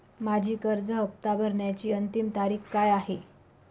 माझी कर्ज हफ्ता भरण्याची अंतिम तारीख काय आहे?